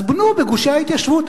אז בנו בגושי ההתיישבות.